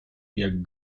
jak